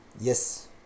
yes